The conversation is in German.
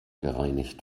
gereinigt